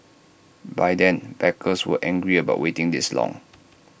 by then backers were angry about waiting this long